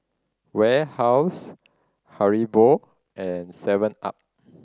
Warehouse Haribo and seven up